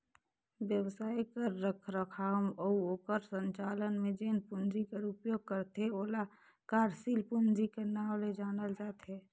बेवसाय कर रखरखाव अउ ओकर संचालन में जेन पूंजी कर उपयोग करथे ओला कारसील पूंजी कर नांव ले जानल जाथे